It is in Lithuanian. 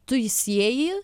tu jį sieji